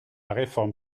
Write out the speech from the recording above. réforme